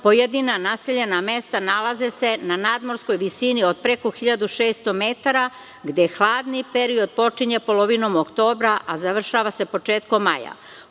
Pojedina naseljena mesta nalaze se na nadmorskoj visini od preko 1.600 m, gde hladni period počinje polovinom oktobra, a završava se početkom maja.